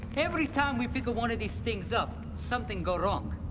every time we pick one of these things up, something go wrong.